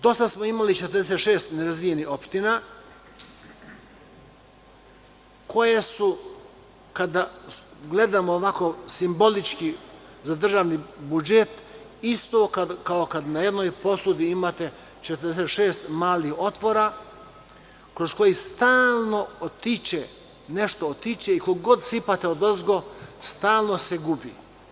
Do sada smo imali 46 nerazvijenih opština koje su kada gledamo ovako simbolično za državni budžet isto kao kada na jednoj posudi imati 46 malih otvora kroz koji stalno otiče nešto otiče, i koliko god sipate odozgo stalno se gubi.